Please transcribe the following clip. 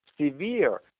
severe